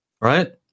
Right